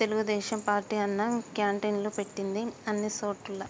Telugu Desam party Anna క్యాంటీన్లు పెట్టింది అన్ని సోటుల్లా